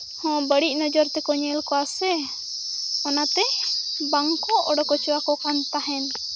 ᱦᱚᱸ ᱵᱟᱹᱲᱤᱡ ᱱᱚᱡᱚᱨ ᱛᱮᱠᱚ ᱧᱮᱞ ᱠᱚᱣᱟ ᱥᱮ ᱚᱱᱟᱛᱮ ᱵᱟᱝ ᱠᱚ ᱚᱰᱳᱠ ᱚᱪᱚᱣᱟᱠᱚ ᱠᱟᱱ ᱛᱟᱦᱮᱱ